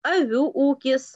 avių ūkis